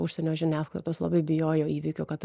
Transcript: užsienio žiniasklaidos labai bijojo įvykio kad